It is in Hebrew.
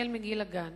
החל מגיל הגן.